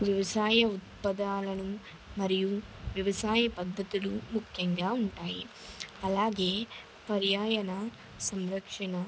వ్యవసాయ ఉత్పదాలను మరియు వ్యవసాయ పద్ధతులు ముఖ్యంగా ఉంటాయి అలాగే పర్యావరన సంరక్షణ